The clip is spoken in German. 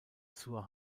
zur